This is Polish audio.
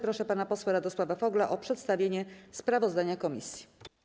Proszę pana posła Radosława Fogla o przedstawienie sprawozdania komisji.